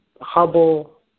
Hubble